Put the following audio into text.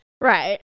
Right